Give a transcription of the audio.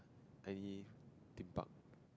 any Theme Park